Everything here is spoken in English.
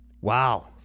Wow